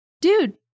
dude